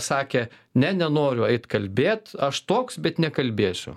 sakė ne nenoriu eit kalbėt aš toks bet nekalbėsiu